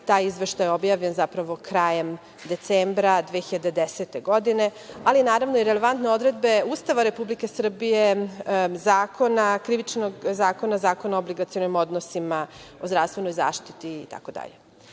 Taj izveštaj je objavljen krajem decembra 2010. godine, ali naravno i relevantne odredbe Ustava Republike Srbije, Krivičnog zakona, Zakona o obligacionim odnosima, o zdravstvenoj zaštiti itd.